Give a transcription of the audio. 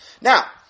Now